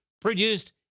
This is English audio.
produced